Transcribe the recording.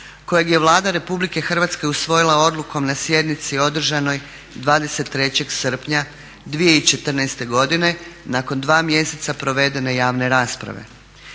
kojeg je Vlada Republike Hrvatske usvojila odlukom na sjednici održanoj 23. srpnja 2014. godine nakon 2 mjeseca provedene javne rasprave.